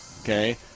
Okay